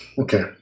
Okay